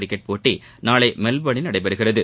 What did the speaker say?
cricket போட்டி நாளை மெல்போனில் நடைபெறுகிறது